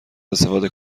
استفاده